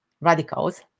radicals